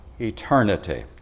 Eternity